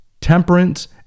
temperance